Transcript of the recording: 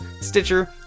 Stitcher